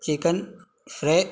chicken fry